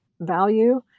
value